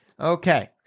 Okay